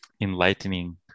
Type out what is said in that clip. enlightening